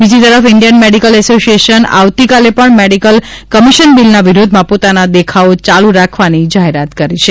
બીજી તરફ Indian medical association આવતીકાલે પણ મેડિકલ કમિશન બિલના વિરોધમાં પોતાના દેખાવો ચાલુ રાખવાની જાહેરાત કરી છે